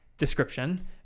description